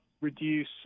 reduce